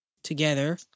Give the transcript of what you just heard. Together